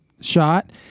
shot